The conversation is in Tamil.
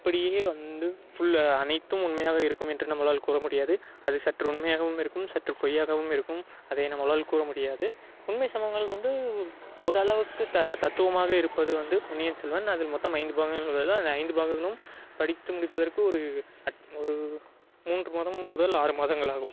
அப்படியே வந்து ஃபுல் அனைத்தும் உண்மையாக இருக்குமென்று நம்மளால் கூற முடியாது அது சற்று உண்மையாகவும் இருக்கும் சற்று பொய்யாகவும் இருக்கும் அதை நம்மளால் கூற முடியாது உண்மை சம்பவங்கள் கொண்டு ஓரளவுக்கு த தத்துவமாக இருப்பது வந்து பொன்னியின் செல்வன் அதில் மொத்தம் ஐந்து பாகங்கள் உள்ளது அந்த ஐந்து பாகங்களும் படித்து முடிப்பதற்கு ஒரு அட் ஒரு மூன்று மாதம் முதல் ஆறு மாதங்கள் ஆகும்